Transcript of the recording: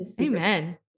amen